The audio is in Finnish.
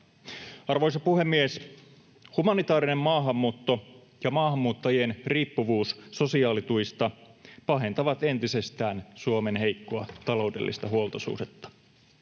Arvoisa puhemies! Humanitaarinen maahanmuutto ja maahanmuuttajien riippuvuus sosiaalituista pahentavat entisestään Suomen heikkoa taloudellista huoltosuhdetta.